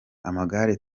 amagare